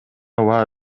баа